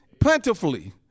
plentifully